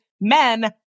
Men